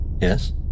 Yes